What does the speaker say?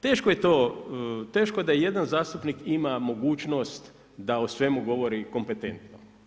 Teško je to, teško da jedan zastupnik ima mogućnost da o svemu govori kompetentno.